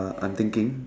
I'm thinking